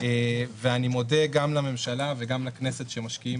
אני מודה גם לממשלה וגם לכנסת שמשקיעים